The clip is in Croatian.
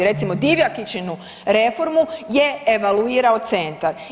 Recimo, Divjakičinu reformu je evaluirano Centar.